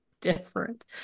different